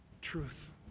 Truth